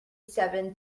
seven